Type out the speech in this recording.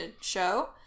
show